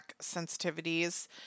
sensitivities